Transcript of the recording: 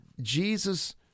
Jesus